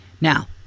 Now